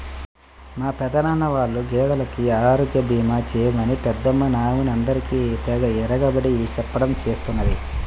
మా పెదనాన్న వాళ్ళ గేదెలకు ఆరోగ్య భీమా చేశామని పెద్దమ్మ నాగమణి అందరికీ తెగ ఇరగబడి చెప్పడం చేస్తున్నది